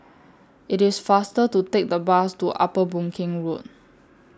IT IS faster to Take The Bus to Upper Boon Keng Road